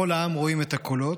"וכל העם רֹאים את הקולות".